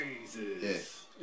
Jesus